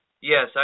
Yes